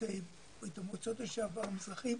יוצאי ברית המועצות לשעבר, מזרחים,